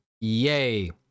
Yay